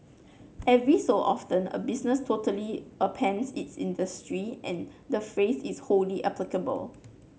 every so often a business totally upends its industry and the phrase is wholly applicable